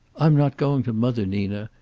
i'm not going to mother, nina.